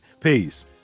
Peace